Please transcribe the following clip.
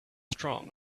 strong